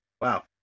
Wow